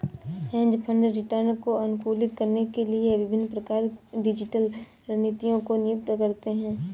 hedge fund return को अनुकूलित करने के लिए विभिन्न और जटिल रणनीतियों को नियुक्त करते हैं